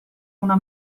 una